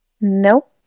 Nope